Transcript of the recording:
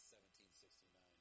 1769